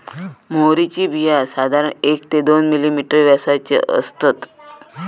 म्होवरीची बिया साधारण एक ते दोन मिलिमीटर व्यासाची असतत